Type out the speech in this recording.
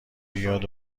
بیاد